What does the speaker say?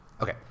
Okay